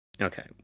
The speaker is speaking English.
Okay